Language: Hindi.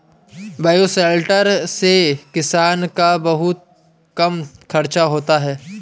बायोशेलटर से किसान का बहुत कम खर्चा होता है